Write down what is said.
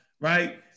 right